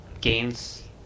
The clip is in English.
gains